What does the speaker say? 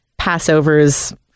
Passovers